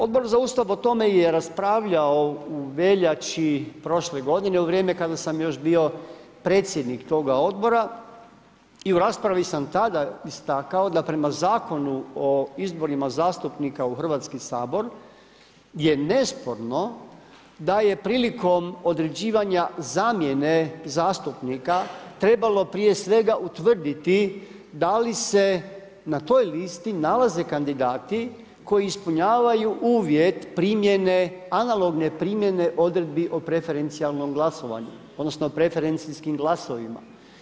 Odbor za Ustav o tome je raspravljao u veljači prošle godine, u vrijeme kada sam još bio predsjednik toga Odbora i u raspravi sam tada istakao da prema Zakonu o izborima zastupnika u Hrvatski sabor je nesporno da je prilikom određivanja zamjene zastupnika trebalo prije svega utvrditi da li se na toj listi nalaze kandidati koji ispunjavaju uvjet analogne primjene odredbi o preferencijalnom glasovanju, odnosno o preferencijskim glasovima.